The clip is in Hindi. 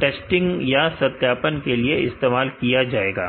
टेस्टग या सत्यापन के लिए इस्तेमाल किया जाएगा